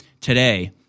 today